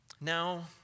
Now